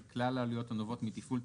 "..כלל העלויות הנובעות מתפעול,